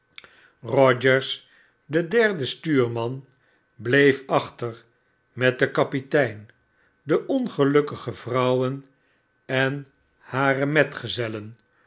rogers de derde stuurman meet achter met den kapitein de ongelukkige vrouwen en hare metgezellen